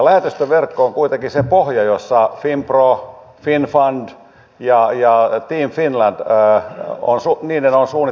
lähetystöverkko on kuitenkin se pohja jossa finpron finnfundin ja team finlandin on suunniteltu työskentelevän